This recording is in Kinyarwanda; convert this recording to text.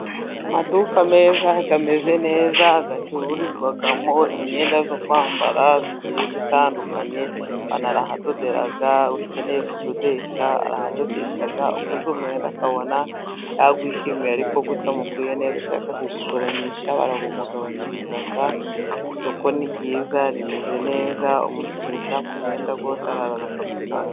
Amaduka meza ameze neza, acururizwamo imyenda yo kwambara igiye itandukanye, baranahadodera, ukeneye kudodesha arahadodesha, uguze umwenda akabona yawishimiye, ariko utamukwiye neza, kuwugabanyisha warawumugabanyiriza, isoko ni ryiza rimeze neza, umukiriya ushaka umwenda wose araza akawusanga.